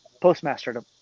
postmaster